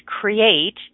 create